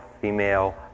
female